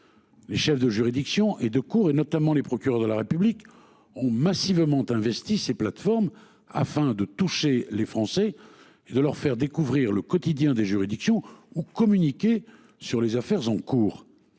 Les chefs de juridiction et de cours et notamment les procureurs de la République ont massivement investi ces plateformes afin de toucher les Français et de leur faire découvrir le quotidien des juridictions ou communiquer sur les affaires en cours.